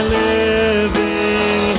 living